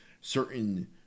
certain